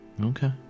Okay